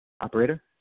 Operator